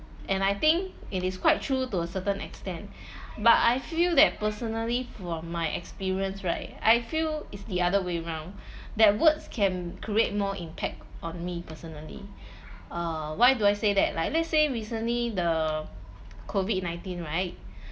and I think it is quite true to a certain extent but I feel that personally from my experience right I feel it's the other way around that words can create more impact on me personally uh why do I say that like let's say recently the COVID nineteen right